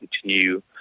continue